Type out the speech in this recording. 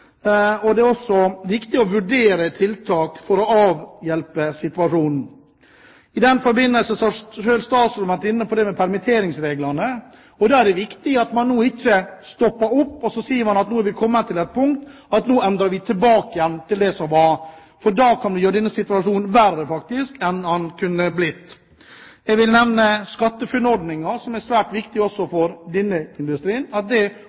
til. Det er også viktig å vurdere tiltak for å avhjelpe situasjonen. I den forbindelse har statsråden selv vært inne på permitteringsreglene. Da er det viktig at man ikke stopper opp og sier at nå har man kommet til et punkt, og så endrer man tilbake igjen til slik det var. For da kan man faktisk gjøre denne situasjonen verre enn den kunne blitt. Jeg vil nevne at SkatteFUNN-ordningen må opprettholdes, for den er svært viktig også for denne industrien. Jeg vil også be statsråden se på om det